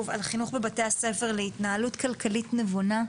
על חינוך בבתי-ספר להתנהלות כלכלית נבונה.